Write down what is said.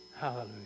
Hallelujah